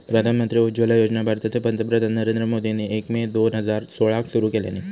प्रधानमंत्री उज्ज्वला योजना भारताचे पंतप्रधान नरेंद्र मोदींनी एक मे दोन हजार सोळाक सुरू केल्यानी